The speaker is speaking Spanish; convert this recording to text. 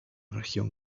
región